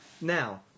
Now